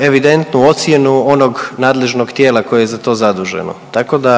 evidentnu ocjenu onog nadležnog tijela koje je za to zaduženo. Tako da